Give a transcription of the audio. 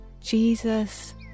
Jesus